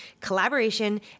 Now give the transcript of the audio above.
collaboration